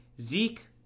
Zeke